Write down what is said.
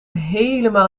helemaal